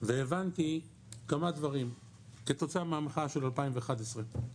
והבנתי כמה דברים כתוצאה מהמחאה של 2011,